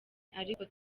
ariko